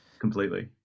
completely